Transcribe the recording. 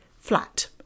flat